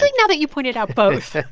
like now that you point it out, both.